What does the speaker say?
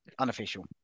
Unofficial